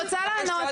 אני רוצה לענות.